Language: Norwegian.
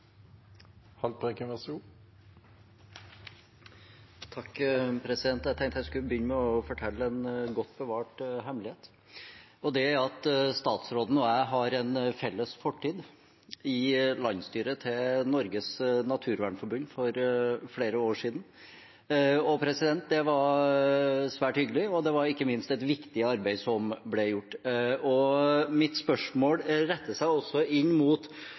at statsråden og jeg har en felles fortid i Norges Naturvernforbunds landsstyre for flere år siden. Det var svært hyggelig, og det var ikke minst et viktig arbeid som ble gjort. Mitt spørsmål retter seg også inn mot